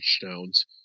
touchdowns